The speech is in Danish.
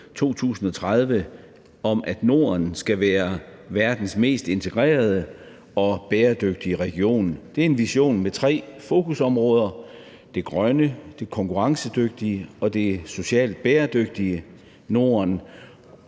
om, at Norden skal være verdens mest integrerede og bæredygtige region. Det er en vision med tre fokusområder: det grønne, det konkurrencedygtige og det socialt bæredygtige Norden.